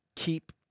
Keep